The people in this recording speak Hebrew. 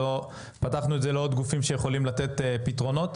לא פתחנו את זה לעוד גופים שיכולים לתת פתרונות,